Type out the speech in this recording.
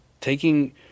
Taking